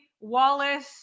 Wallace